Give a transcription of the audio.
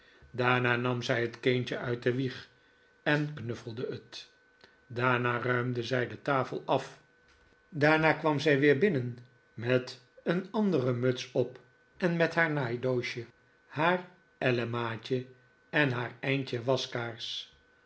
daarna nam zij het kindje uit de wieg en knuffelde het daarna ruimde zij de tafel af daarna kwam zij weer binnen met een andere muts op en met haar naaidoosje haar ellemaatje en haar eindje waskaars